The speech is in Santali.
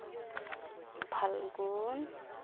ᱯᱷᱟᱞᱜᱩᱱ